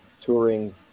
touring